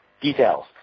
Details